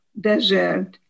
desert